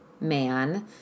man